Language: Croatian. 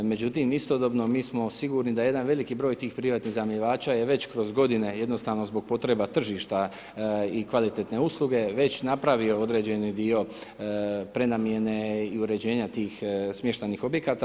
Međutim, istodobno, mi smo sigurni da jedan veliki br. tih privatnih iznajmljivača, je već kroz godine, jednostavna, zbog potrebe tržišta i kvalitetne usluge, već napravio određeni dio, prenamjene i uređenja tih smještajnih objekata.